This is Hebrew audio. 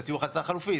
שיציעו הצעה חלופית.